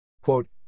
Quote